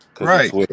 right